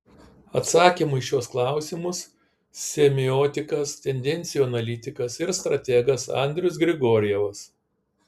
atsakymų į šiuos klausimus semiotikas tendencijų analitikas ir strategas andrius grigorjevas